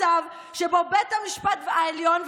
מצב שבו בית המשפט העליון,